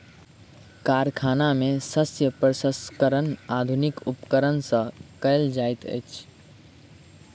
कारखाना में शस्य प्रसंस्करण आधुनिक उपकरण सॅ कयल जाइत अछि